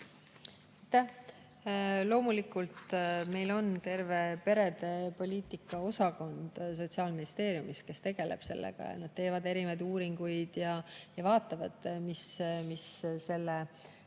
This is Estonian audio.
Aitäh! Loomulikult on meil terve perepoliitika osakond Sotsiaalministeeriumis, kes tegeleb sellega. Nad teevad erinevaid uuringuid ja vaatavad, mis selle